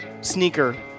sneaker